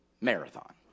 Marathon